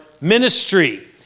ministry